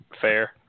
Fair